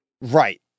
Right